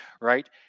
right